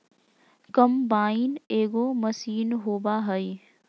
combine एगो machine होबा हइ